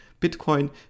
Bitcoin